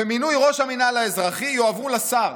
ומינוי ראש המינהל האזרחי יועברו לשר.